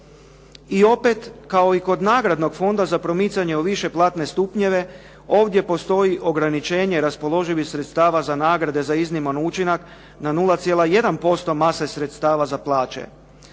I opet kao i kod nagradnog fonda za promicanje u više platne stupnjeve ovdje postoji ograničenje raspoloživih sredstava za nagrade za izniman učinak na 0,1% mase sredstava za plaće.